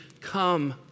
come